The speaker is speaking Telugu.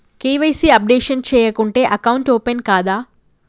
కే.వై.సీ అప్డేషన్ చేయకుంటే అకౌంట్ ఓపెన్ కాదా?